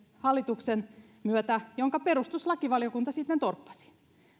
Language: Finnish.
hallituksen myötä ensimmäisen lakiesityksen jonka perustuslakivaliokunta sitten torppasi